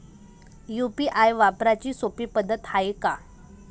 UPI वापराची सोपी पद्धत हाय का?